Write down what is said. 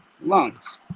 lungs